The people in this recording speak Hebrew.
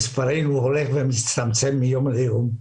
ומספרנו הולך ומצטמצם מיום ליום.